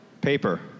Paper